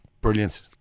brilliant